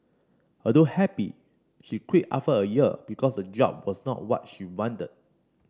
although happy she quit after a year because the job was not what she wanted